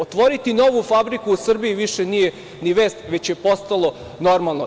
Otvoriti novu fabriku u Srbiji više nije ni vest, već je postalo normalno.